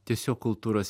tiesiog kultūros